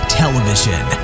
television